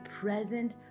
present